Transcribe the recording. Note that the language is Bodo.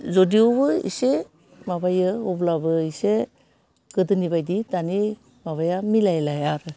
जदिअबो एसे माबायो अब्लाबो एसे गोदोनि बायदि दानि माबाया मिलायलाइया आरो